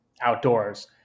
outdoors